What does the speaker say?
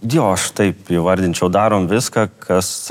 jo aš taip įvardinčiau darom viską kas